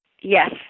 Yes